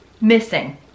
Missing